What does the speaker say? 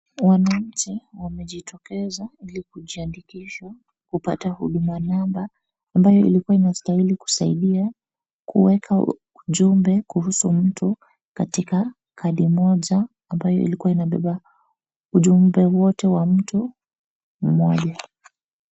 Wananchi wamejitokeza ili kujiandikisha kupata huduma number ambayo ilikuwa inastahili kusaidia kuwek ujumbe kuhusu mtu katika kadi moja ambayo iikuwa inabeba ujumbe wote wa mtu mmoja.